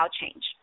change